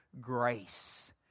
grace